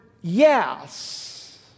yes